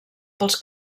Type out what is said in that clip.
pels